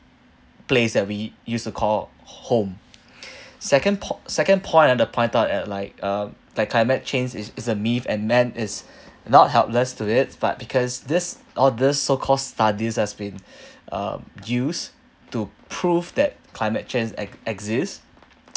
place that we used to call home second po~ second point ah the point out at like uh like climate change is is a myth and man is not helpless to it but because this all these so-called studies has been um used to prove that climate change ex~ exist